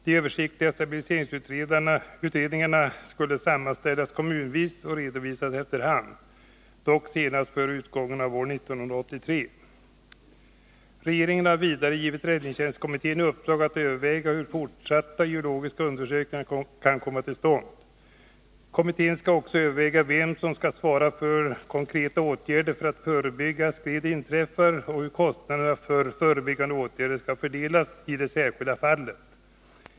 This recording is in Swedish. De översiktliga stabiliseringsutredningarna skulle sammanställas kommunvis och redovisas efter hand, dock senast före utgången av år 1983. Regeringen har vidare givit räddningstjänstkommittén i uppdrag att överväga hur fortsatta geotekniska undersökningar kan komma till stånd. Kommittén skall också överväga vem som skall svara för konkreta åtgärder för att förebygga att skred inträffar och hur kostnaderna för förebyggande åtgärder skall fördelas i det särskilda fallet.